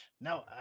No